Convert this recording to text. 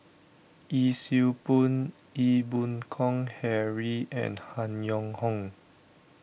Yee Siew Pun Ee Boon Kong Henry and Han Yong Hong